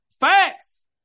facts